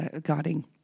guarding